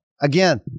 Again